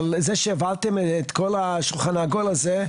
אבל זה שהעברתם את כל השולחן העגול הזה,